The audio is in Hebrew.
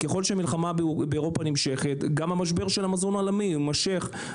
ככול שהמלחמה באירופה נמשכת גם המשבר של המזון העולמי יימשך,